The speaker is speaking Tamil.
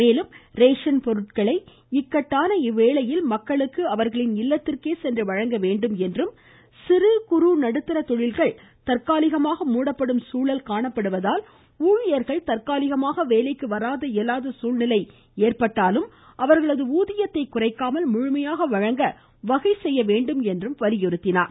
மேலும் ரேசன் பொருட்களை இக்கட்டான இவ்வேளையில் மக்களுக்கு அவர்களின் இல்லத்திற்கே சென்று வழங்க வேண்டும் என்றும் சிறு குறு நடுத்தர தொழில்கள் தற்காலிகமாக மூடப்படும் சூழ்நிலை காணப்படுவதால் ஊழியர்கள் தற்காலிகமாக வேலைக்கு வர இயலாத சூழ்நிலை ஏற்பட்டாலும் அவர்களது ஊதியத்தை குறைக்காமல் முழுமையாக வழங்க வகை செய்ய வேண்டும் என்றும் வலியுறுத்தினார்